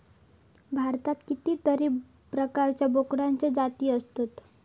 भारतात कितीतरी प्रकारचे बोकडांचे जाती आसत